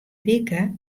wike